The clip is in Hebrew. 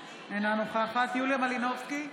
אינה נוכחת יוליה מלינובסקי,